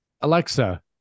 alexa